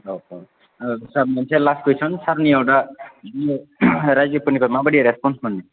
औ औ ओं सार मोनसे लास कुइसन सारनियाव दा रायजोफोरनिफ्राय माबायदि रेसपन्स मोनो